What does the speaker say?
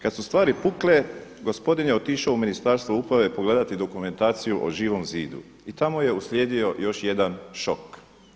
Kada su stvari pukle gospodin je otišao u Ministarstvo uprave pogledati dokumentaciju o Živom zidu i tamo je uslijedio još jedan šok.